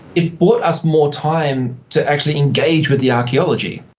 it brought us more time to actually engage with the archaeology.